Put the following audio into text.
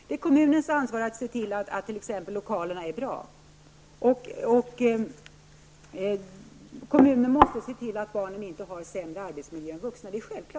Det är kommunens ansvar att se till att t.ex. lokalerna är bra. Kommunen måste se till att barnen inte har sämre arbetsmiljö än de vuxna.